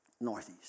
Northeast